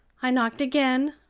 i knocked again,